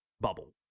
bubble